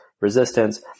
resistance